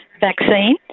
vaccine